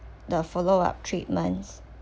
the follow up treatments